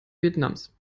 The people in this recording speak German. vietnams